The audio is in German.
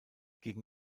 gegen